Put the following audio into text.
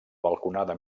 balconada